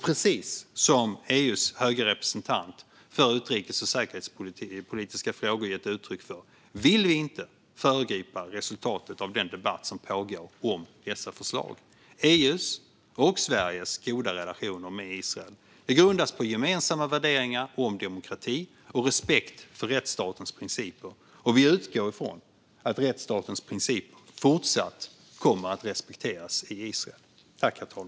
Precis som EU:s höga representant för utrikes och säkerhetspolitiska frågor gett uttryck för vill vi inte föregripa resultatet av den debatt som pågår om dessa förslag. EU:s och Sveriges goda relationer med Israel grundas på gemensamma värderingar om demokrati och respekt för rättsstatens principer, och vi utgår från att rättsstatens principer även i fortsättningen kommer att respekteras i Israel.